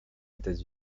états